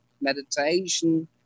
meditation